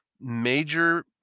major